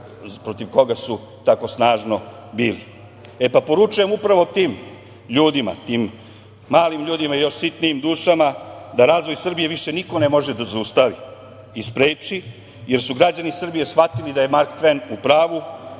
protiv koga su tako snažno bili. Poručujem upravo tim ljudima, tim malim ljudima i još sitnijim dušama, da razvoj Srbije više niko ne može da zaustavi i spreči, jer su građani Srbije shvatili da je Mark Tven u pravu